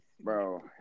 bro